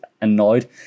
annoyed